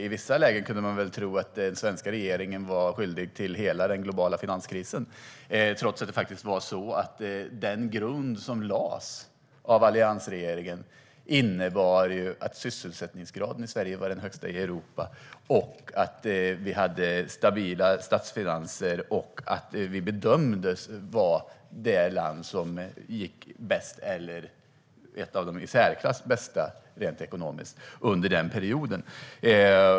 I vissa lägen kunde det då låta som att den svenska regeringen var skyldig till hela den globala finanskrisen, trots att den grund som lades av alliansregeringen faktiskt innebar att sysselsättningsgraden i Sverige var den högsta i Europa, vi hade stabila statsfinanser och bedömdes vara ett av de länder som det gick i särklass bäst för ekonomiskt under den perioden.